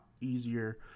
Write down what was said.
easier